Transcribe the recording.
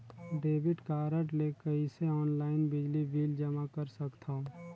Debit card ले कइसे online बिजली बिल जमा कर सकथव?